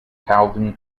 calvin